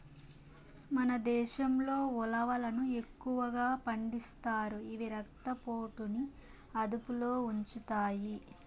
మన దేశంలో ఉలవలను ఎక్కువగా పండిస్తారు, ఇవి రక్త పోటుని అదుపులో ఉంచుతాయి